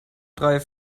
drei